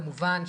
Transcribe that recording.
כמובן,